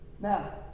Now